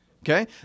okay